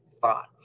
thought